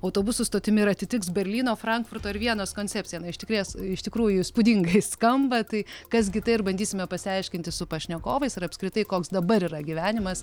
autobusų stotimi ir atitiks berlyno frankfurto ir vienos koncepciją na išties iš tikrųjų įspūdingai skamba tai kas gi tai ir bandysime pasiaiškinti su pašnekovais ir apskritai koks dabar yra gyvenimas